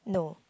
no